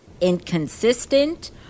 inconsistent